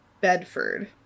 Bedford